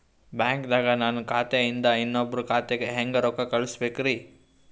ಬ್ಯಾಂಕ್ದಾಗ ನನ್ ಖಾತೆ ಇಂದ ಇನ್ನೊಬ್ರ ಖಾತೆಗೆ ಹೆಂಗ್ ರೊಕ್ಕ ಕಳಸಬೇಕ್ರಿ?